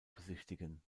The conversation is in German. besichtigen